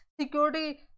security